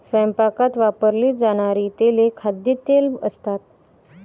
स्वयंपाकात वापरली जाणारी तेले खाद्यतेल असतात